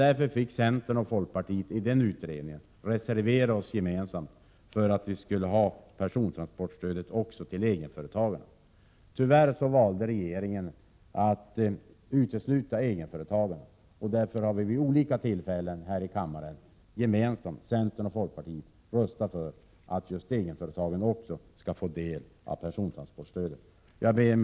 Därför fick centern och folkpartiet reservera sig gemensamt i utredningen i fråga om persontransportstöd även till egenföretagarna. Tyvärr valde regeringen att 143 utesluta egenföretagarna. Därför har centern och folkpartiet gemensamt vid olika tillfällen här i kammaren röstat för att just egenföretagarna också skall få del av persontransportstödet. Herr talman!